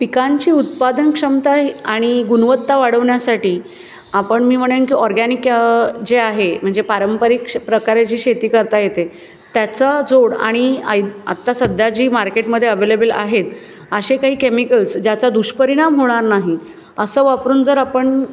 पिकांची उत्पादन क्षमता आणि गुणवत्ता वाढवण्यासाठी आपण मी म्हणेन की ऑरगॅनिक जे आहे म्हणजे पारंपरिक क्ष प्रकारे जी शेती करता येते त्याचा जोड आणि आत्ता सध्या जी मार्केटमध्ये अॅवेलेबल आहेत असे काही केमिकल्स ज्याचा दुष्परिणाम होणार नाही असं वापरून जर आपण